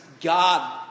God